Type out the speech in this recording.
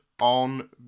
on